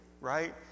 right